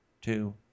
two